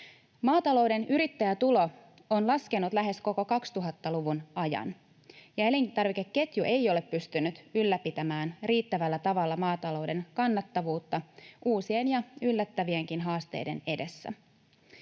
Maatalouden yrittäjätulo on laskenut lähes koko 2000-luvun ajan. Elintarvikeketju ei ole pystynyt ylläpitämään riittävällä tavalla maatalouden kannattavuutta uusien ja yllättävienkin haasteiden edessä.